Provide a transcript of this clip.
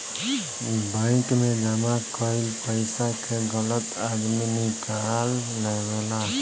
bank मे जमा कईल पइसा के गलत आदमी निकाल लेवेला